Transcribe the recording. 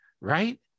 Right